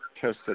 tested